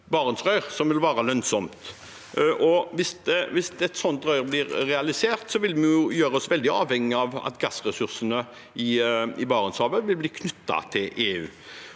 «Barentsrør». Hvis et sånt rør blir realisert, vil vi gjøre oss veldig avhengig av at gassressursene i Barentshavet blir knyttet til EU.